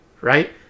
right